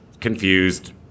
confused